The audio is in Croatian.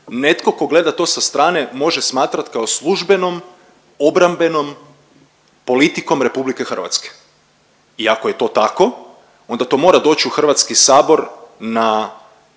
netko tko gleda to sa strane, može smatrati kao službenom obrambenom politikom Hrvatske i ako je to tako, onda to mora doći u Hrvatski sabor na